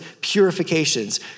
purifications